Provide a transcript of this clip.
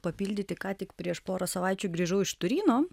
papildyti ką tik prieš porą savaičių grįžau iš turino